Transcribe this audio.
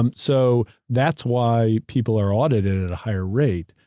um so that's why people are audited at a higher rate.